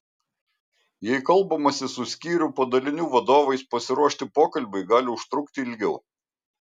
jei kalbamasi su skyrių padalinių vadovais pasiruošti pokalbiui gali užtrukti ilgiau